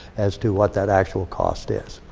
as to what that actual cost is.